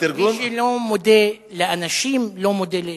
מי שלא מודה לאנשים לא מודה לאלוהים.